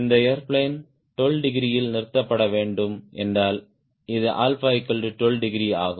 இந்த ஏர்பிளேன் 12 டிகிரியில் நிறுத்தப்பட வேண்டும் என்றால் இது 𝛼 12 டிகிரி ஆகும்